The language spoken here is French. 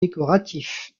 décoratifs